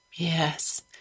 Yes